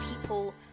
people